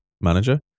manager